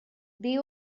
they